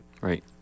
right